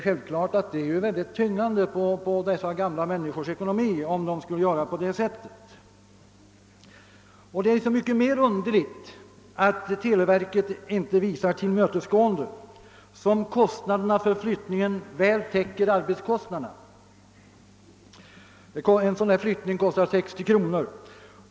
Självklart blir detta ekonomiskt mycket betungande för dessa gamla människor. Det är så mycket mer underligt att televerket inte visar tillmötesgående som kostnaderna för flyttningen väl täcker arbetskostnaderna. En flyttning kostar 60 kr.